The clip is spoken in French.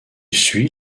suit